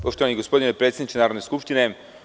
Poštovani gospodine predsedniče Narodne skupštine.